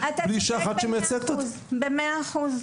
שאין לו נציגת ציבור אישה אחת.